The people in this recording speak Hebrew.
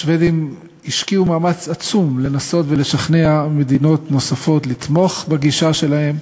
השבדים השקיעו מאמץ עצום לנסות לשכנע מדינות נוספות לתמוך בגישה שלהם,